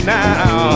now